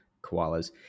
koalas